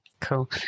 Cool